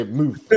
move